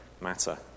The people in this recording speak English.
matter